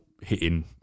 hitting